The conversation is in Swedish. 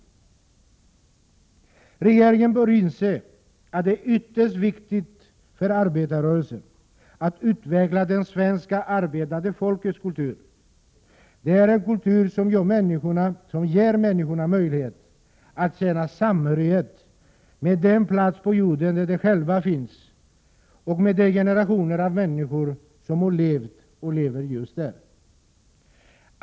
Regeringen bör inse att det är ytterst viktigt för arbetarrörelsen att utveckla det svenska arbetande folkets kultur. Det är en kultur som ger människorna möjlighet att känna samhörighet med den plats på jorden där de själva finns och med de generationer av människor som har levt och lever just där.